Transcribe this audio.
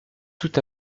tout